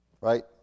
right